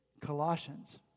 Colossians